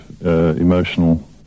emotional